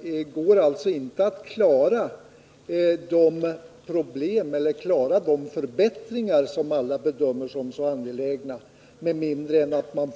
Det går alltså inte att klara de förbättringar som alla bedömer som så angelägna med mindre än att man